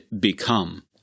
become